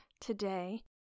today